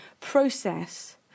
process